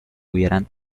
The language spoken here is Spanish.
hubieran